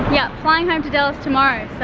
yep, flying home to dallas tomorrow. so